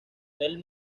del